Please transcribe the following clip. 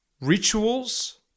rituals